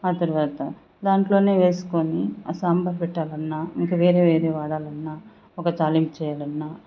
ఆ తరువాత దాంట్లోనే వేసుకొని సాంబార్ పెట్టాలన్నా ఇంకా వేరే ఏది వాడాలన్నా ఒక తాలింపు చేయాలన్నా